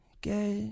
get